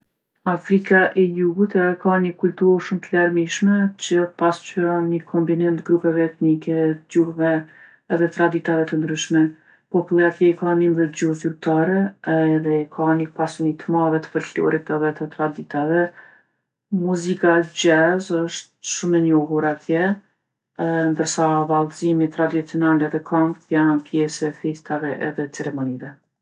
Afrika e Jugut e ka ni kulturë shumë t'larmishme, që pasqyron ni kombinim t'grupeve etnike, t'gjuhve edhe traditave të ndryshme. Populli atje i ka nimdhet gjuhë zyrtare edhe e ka ni pasuni t'madhe t'folklorit edhe të traditave. Muzika xhez është shumë e njohur atje, ndërsa vallzimi tradicional edhe kangtë janë pjesë e festave edhe ceremonive.